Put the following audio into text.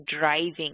driving